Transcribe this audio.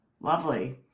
Lovely